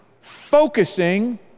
focusing